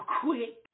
quick